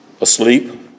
asleep